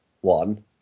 one